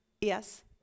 Yes